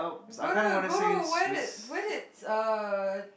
go to go to when it's when it's uh